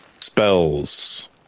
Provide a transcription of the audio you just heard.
Spells